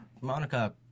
Monica